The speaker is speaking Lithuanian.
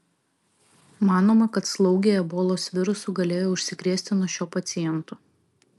manoma kad slaugė ebolos virusu galėjo užsikrėsti nuo šio paciento